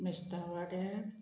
मेस्ता वाड्यार